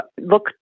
look